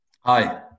Hi